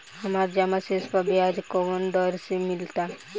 हमार जमा शेष पर ब्याज कवना दर से मिल ता?